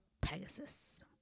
Pegasus